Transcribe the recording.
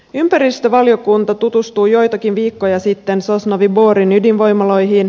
ympäristövaliokunta tutustui joitakin viikkoja sitten sosnovyi borin ydinvoimaloihin